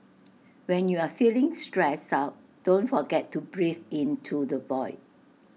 when you are feeling stressed out don't forget to breathe into the void